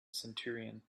centurion